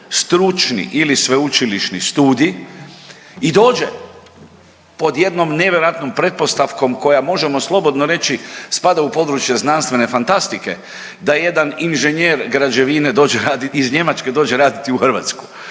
stručni ili sveučilišni studij i dođe pod jednom nevjerojatnom pretpostavkom koja možemo slobodno reći spada u područje znanstvene fantastike da jedan inženjer građevine dođe, iz Njemačke dođe raditi u Hrvatsku